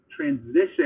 transition